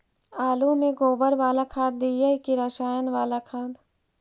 आलु में गोबर बाला खाद दियै कि रसायन बाला खाद?